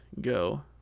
go